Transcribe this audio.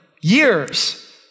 years